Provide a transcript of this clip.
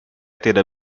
tidak